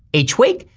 each week,